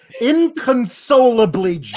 inconsolably